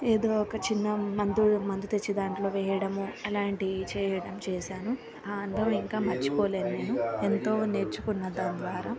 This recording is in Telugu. ఏదో ఒక చిన్న మందు మందు తెచ్చి దాంట్లో వేయడము అలాంటివి చేయటం చేశాను ఆ అనుభవం ఇంకా మర్చిపోలేను నేను ఎంతో నేర్చుకున్నాను దాని ద్వారా